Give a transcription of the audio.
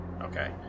Okay